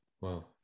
Wow